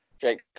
jake